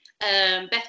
Beth